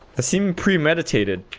the scene premeditated